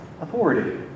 authority